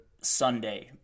Sunday